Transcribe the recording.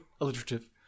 alliterative